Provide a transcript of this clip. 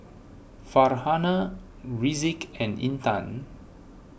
Farhanah Rizqi and Intan